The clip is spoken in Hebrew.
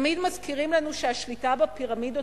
תמיד מזכירים לנו שהשליטה בפירמידות